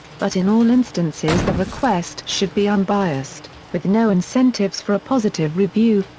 but in all instances the request should be unbiased, with no incentives for a positive review,